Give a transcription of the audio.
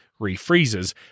refreezes